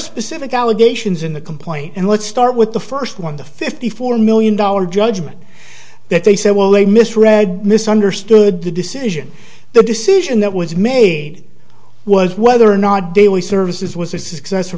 specific allegations in the complaint and let's start with the first one the fifty four million dollars judgment that they said well they misread misunderstood the decision the decision that was made was whether or not daley services was